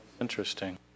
interesting